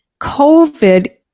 COVID